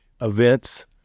events